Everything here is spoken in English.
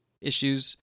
issues